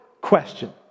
question